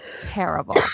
Terrible